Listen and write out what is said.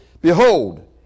Behold